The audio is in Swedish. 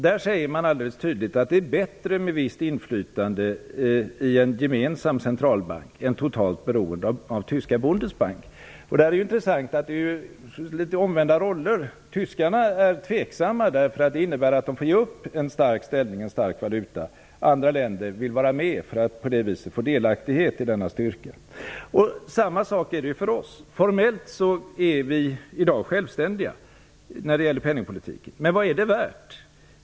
Där säger man tydligt att det är bättre med visst inflytande i en gemensam centralbank än totalt beroende av tyska Bundesbank. Det är intressant. Det är litet omvända roller. Tyskarna är tveksamma, därför att detta innebär att de får ge upp en stark ställning och en stark valuta. Andra länder vill vara med för att på det viset få delaktighet i denna styrka. Samma sak är det för oss. Formellt är vi i dag självständiga när det gäller penningpolitiken. Men vad är det värt?